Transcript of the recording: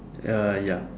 ah ya